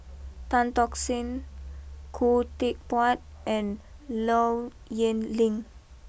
Tan Tock San Khoo Teck Puat and Low Yen Ling